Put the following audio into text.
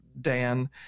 Dan